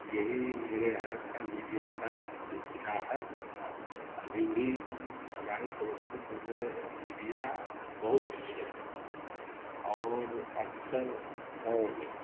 यही मेरे यहाँ का मीडिया का सिलसिला है अभी भी हमारी समस्तीपुर में मीडिया बहुत पीछे है और अक्सर गाँव में